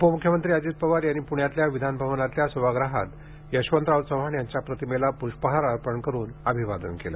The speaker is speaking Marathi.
उपमुख्यमंत्री अजित पवार यांनी पुण्यातल्या विधान भवनातल्या सभागृहात यशवंतराव चव्हाण यांच्या प्रतिमेला प्रष्पहार अर्पण करून अभिवादन केलं